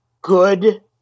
good